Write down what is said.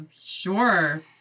sure